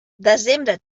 desembre